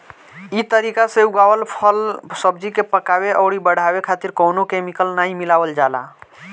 इ तरीका से उगावल फल, सब्जी के पकावे अउरी बढ़ावे खातिर कवनो केमिकल नाइ मिलावल जाला